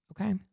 Okay